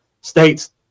states